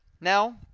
Now